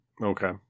Okay